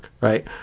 right